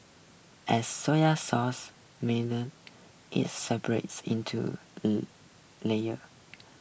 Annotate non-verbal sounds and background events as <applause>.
as so ya sauce make the it separates into <unintelligible> layers